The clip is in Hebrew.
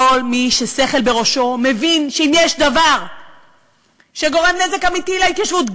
כל מי ששכל בראשו מבין שאם יש דבר שגורם נזק אמיתי להתיישבות,